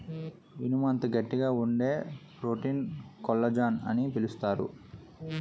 ఇనుము అంత గట్టిగా వుండే ప్రోటీన్ కొల్లజాన్ అని పిలుస్తారు